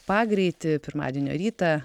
pagreitį pirmadienio rytą